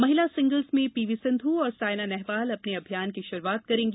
महिला सिंगल्स में पीवी सिंधू और सायना नेहवाल अपने अभियान की शुरुआत करेंगी